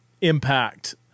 impact